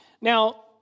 Now